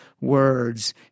words